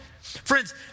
Friends